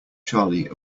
charlie